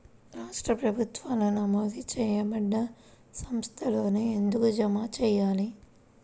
రాష్ట్ర ప్రభుత్వాలు నమోదు చేయబడ్డ సంస్థలలోనే ఎందుకు జమ చెయ్యాలి?